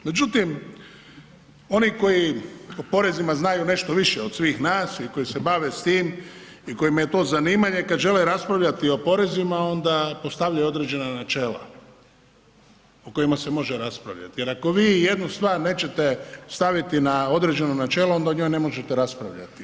Međutim, oni koji o porezima znaju nešto više od svih nas i koji se bave s tim i kojima je to zanimanje, kad žele raspravljati o porezima, onda postavljaju određena načela o kojima se može raspravljati jer ako vi jednu stvar nećete staviti na određeno načelo, onda o njoj ne možete raspravljati.